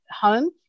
home